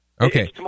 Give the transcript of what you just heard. Okay